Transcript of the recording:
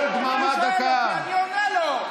הוא שואל אותי, אני עונה לו.